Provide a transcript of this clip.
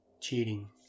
Cheating